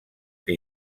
que